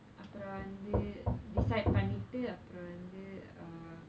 அப்புறம் வந்து:appuram vanthu decide பண்ணிட்டு அப்புறம் வந்து:pannittu appuram vanthu uh